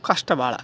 ಕಷ್ಟ ಭಾಳ